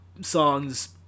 songs